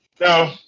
No